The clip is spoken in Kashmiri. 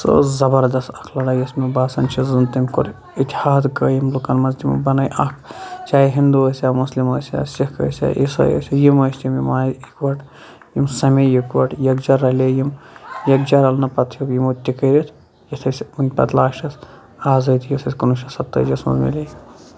سۄ ٲس زَبَردَس اکھ لَڑٲے یۄس مےٚ باسان چھِ زَن تمۍ کوٚر اِتحاد قٲیِم لُکَن مَنٛز تمو بَنٲے اکھ چاہے ہِندو ٲسۍ یا مُسلم ٲسی یا سِکھ ٲسۍ یا عیسٲے ٲسۍ یِم ٲسۍ تِم یِم آے یِکوۄٹ یِم سَمیٚیہِ یِکوۄٹ ہِگجَہہ رَلیٚیہِ یِم ہِگجَہہ رَلنہٕ پَتہ ہیٚوک یِمو تہِ کٔرِتھ یَتھ أسۍ پَتہ لاشٹَس آزٲدی یۄس اَسہِ کُنوُہہ شَتھ سَتتٲجیَس مَنٛز مِلے